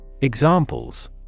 Examples